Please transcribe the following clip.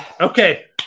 okay